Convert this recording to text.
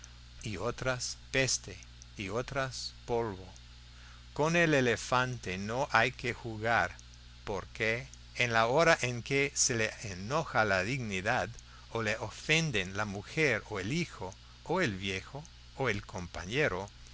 y otras peste y otras polvo con el elefante no hay que jugar porque en la hora en que se le enoja la dignidad o le ofenden la mujer o el hijo o el viejo o el compañero